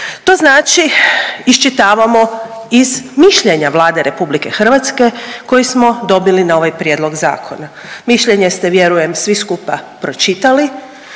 To znači iščitavamo iz mišljenja Vlade RH koje smo dobili na ovaj prijedlog zakona. Mišljenje ste vjerujem svi skupa pročitali.